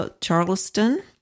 Charleston